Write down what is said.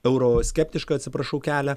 euroskeptišką atsiprašau kelią